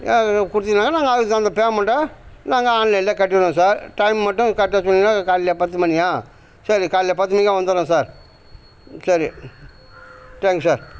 அது கொடுத்திங்கனாக்கா நாங்கள் அதுக்கு தகுந்த பேமெண்ட்டை நாங்கள் ஆன்லைன்ல கட்டிடுவோம் சார் டைம் மட்டும் கரெக்டாக சொன்னிங்கனா காலைலயா பத்து மணியா சரி காலைல பத்து மணிக்கெலாம் வந்துடுறோம் சார் சரி தேங்க்ஸ் சார்